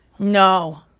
No